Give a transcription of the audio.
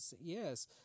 yes